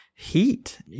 heat